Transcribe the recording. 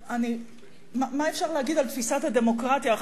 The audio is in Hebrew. מה אפשר להגיד על תפיסת הדמוקרטיה?